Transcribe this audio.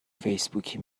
فیسبوکی